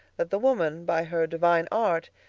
that the woman, by her divine art,